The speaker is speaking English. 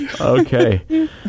Okay